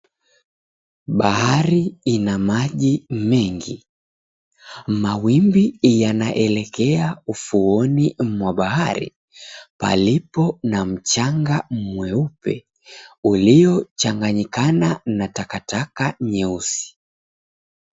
Bahari ina maji mengi. Mawimbi yanaelekea ufuoni mwa bahari palipo na mchanga mweupe uliochanganyikana na takataka nyeusi.